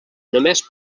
només